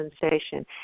sensation